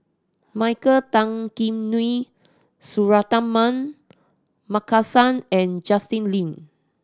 Michael Tan Kim Nei Suratman Markasan and Justin Lean